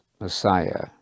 messiah